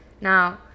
Now